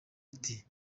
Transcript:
iti